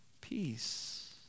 peace